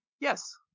Yes